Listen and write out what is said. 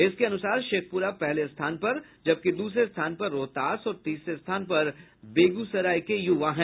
इसके अनुसार शेखपुरा पहले स्थान पर जबकि दूसरे स्थान पर रोहतास और तीसरे स्थान पर बेगूसराय के युवा है